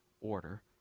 order